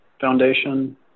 Foundation